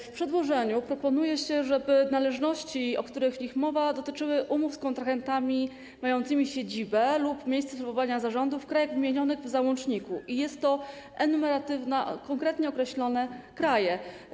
W przedłożeniu proponuje się, żeby należności, o których w nim mowa, dotyczyły umów z kontrahentami mającymi siedzibę lub miejsce sprawowania zarządu w krajach wymienionych w załączniku i są to enumeratywnie, konkretnie określone kraje.